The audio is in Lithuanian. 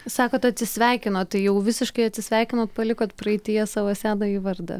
sakot atsisveikinot tai jau visiškai atsisveikinot palikot praeityje savo senąjį vardą